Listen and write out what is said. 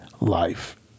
life